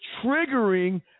triggering